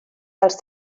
dels